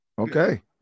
Okay